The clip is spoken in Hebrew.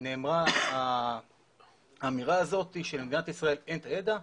נאמרה האמירה הזאת שלמדינת ישראל אין את הידע.